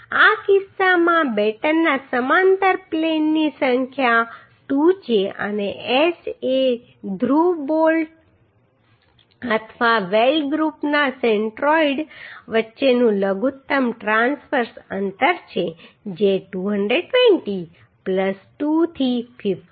આ કિસ્સામાં બેટનના સમાંતર પ્લેનની સંખ્યા 2 છે અને S એ ધ્રુવ બોલ્ટ અથવા વેલ્ડ ગ્રૂપના સેન્ટ્રોઇડ વચ્ચેનું લઘુત્તમ ટ્રાંસવર્સ અંતર છે જે 220 2 થી 50 છે